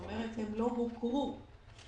זאת אומרת, הם לא הוכרו כזכאים